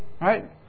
right